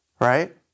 Right